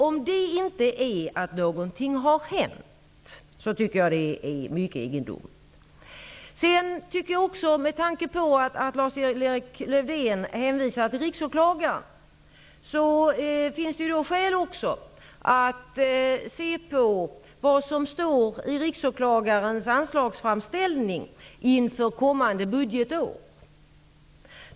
Om man trots detta säger att ingenting har hänt tycker jag att det är mycket egendomligt. Med tanke på att Lars-Erik Lövdén hänvisar till Riksåklagaren finns det skäl att se vad som står i Riksåklagarens anslagsframställning inför kommande budgetår.